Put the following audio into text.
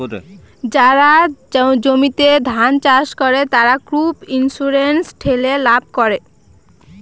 যারা জমিতে ধান চাষ করে, তারা ক্রপ ইন্সুরেন্স ঠেলে লাভ পাবে